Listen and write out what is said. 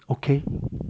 okay